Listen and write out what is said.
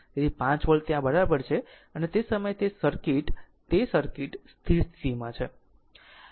તેથી આ 5 વોલ્ટ ત્યાં બરાબર છે અને તે સમયે તે સર્કિટ તે સર્કિટ સ્થિર સ્થિતિમાં છે